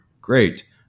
great